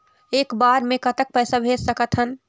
एक बार मे कतक पैसा भेज सकत हन?